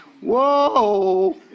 whoa